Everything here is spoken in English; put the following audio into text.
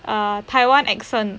err 台湾 accent